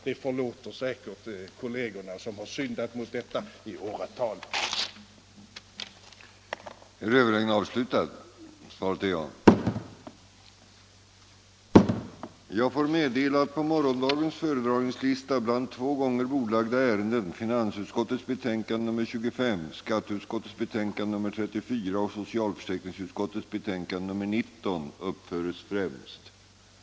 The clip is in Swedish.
Det förlåter säkert de kollegor som i åratal har syndat mot regeln att inte ge något sådant besked.